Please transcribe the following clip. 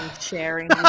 sharing